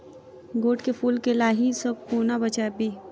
गोट केँ फुल केँ लाही सऽ कोना बचाबी?